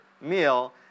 meal